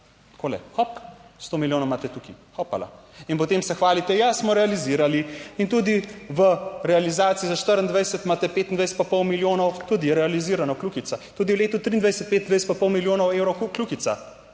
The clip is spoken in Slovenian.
Takole, hop, sto milijonov imate tukaj, hopala in potem se hvalite, ja, smo realizirali. In tudi v realizaciji za 24 imate 25 pa pol milijonov tudi realizirano, kljukica tudi v letu 23, 25 pa pol milijonov evrov kljukica.